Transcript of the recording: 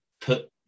put